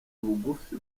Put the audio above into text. ubugufi